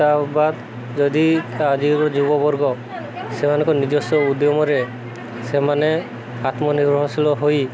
ତା' ବାଦ ଯଦି ଆଜିକାଲିର ଯୁବବର୍ଗ ସେମାନଙ୍କ ନିଜସ୍ୱ ଉଦ୍ୟମରେ ସେମାନେ ଆତ୍ମନିର୍ଭରଶୀଳ ହୋଇ